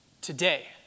today